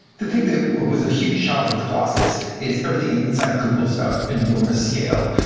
the thing that was a huge challenge with colossus is everything inside google is about enormous scale.